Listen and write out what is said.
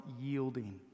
yielding